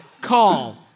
Call